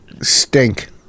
stink